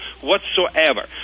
whatsoever